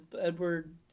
Edward